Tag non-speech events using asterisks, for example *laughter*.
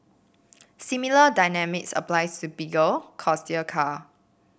similar dynamics applies to *unintelligible* car